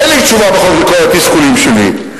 אין לי תשובה בחוק לכל התסכולים שלי,